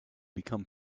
become